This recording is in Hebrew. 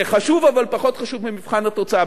זה חשוב, אבל פחות חשוב ממבחן התוצאה.